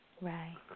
Right